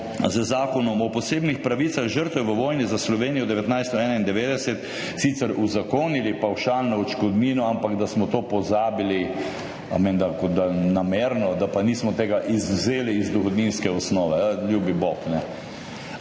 z Zakonom o posebnih pravicah žrtev v vojni za Slovenijo 1991 sicer uzakonili pavšalno odškodnino, ampak da smo to pozabili, menda kot namerno, da pa nismo tega izvzeli iz dohodninske osnove. Ljubi bog.